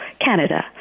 Canada